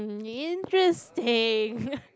interesting